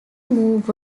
move